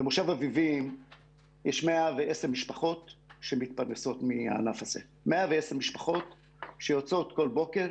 במושב אביבים יש 110 משפחות שמתפרנסות מהענף הזה שיוצאות כל בוקר.